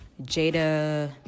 Jada